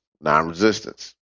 Non-resistance